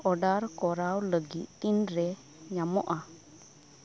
order ᱠᱚᱨᱟᱣ ᱞᱟᱹᱜᱤᱫ ᱛᱤᱱᱨᱮ ᱧᱟᱢᱚᱜᱼᱟ